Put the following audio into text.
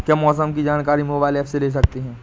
क्या मौसम की जानकारी मोबाइल ऐप से ले सकते हैं?